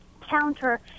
counter